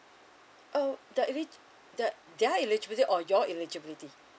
uh the eli~ the their eligibility or your eligibility